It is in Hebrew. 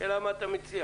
אבל השאלה מה אתה מציע,